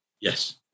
Yes